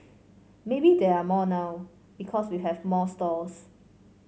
maybe there are more now because we have more stalls